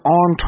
on